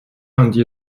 降低